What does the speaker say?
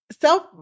Self